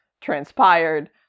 transpired